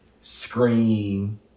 scream